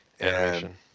animation